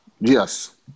Yes